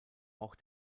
auch